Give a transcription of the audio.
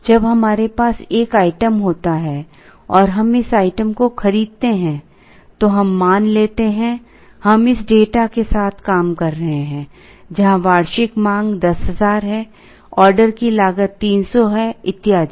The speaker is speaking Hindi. जब हमारे पास एक आइटम होता है और हम इस आइटम को खरीदते हैं तो हम मान लेते हैं हम इस डेटा के साथ काम कर रहे हैं जहां वार्षिक मांग 10000 है ऑर्डर की लागत 300 है इत्यादि